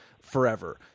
Forever